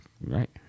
Right